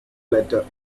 letter